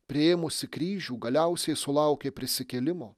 priėmusi kryžių galiausiai sulaukė prisikėlimo